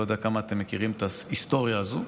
אני לא יודע כמה אתם מכירים את ההיסטוריה הזאת,